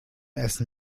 essen